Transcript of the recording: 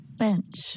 bench